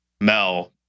Mel